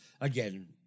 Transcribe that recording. again